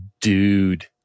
dude